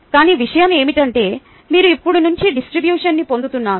కానీ విషయం ఏమిటంటే మీరు ఇప్పుడు మంచి డిస్ట్రిబ్యూషన్ని పొందబోతున్నారు